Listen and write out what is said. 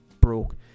broke